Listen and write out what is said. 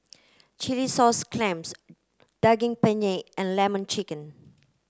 Chilli sauce clams Daging Penyet and lemon chicken